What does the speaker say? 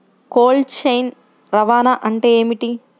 Cold chain రవాణా అంటే ఏమిటీ?